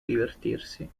divertirsi